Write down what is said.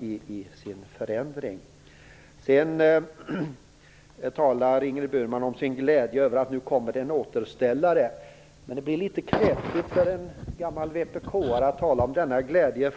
Ingrid Burman talar om sin glädje över att det kommer en återställare. Men det blir litet knepigt för en gammal vpk:are att tala om denna glädje.